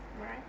Right